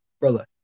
Brother